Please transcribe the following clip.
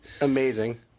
Amazing